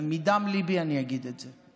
מדם ליבי אני אגיד את זה.